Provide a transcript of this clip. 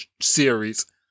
series